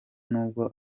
nubwo